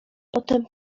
potem